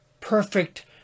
Perfect